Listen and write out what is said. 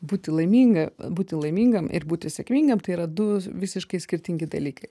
būti laiminga būti laimingam ir būti sėkmingam tai yra du visiškai skirtingi dalykai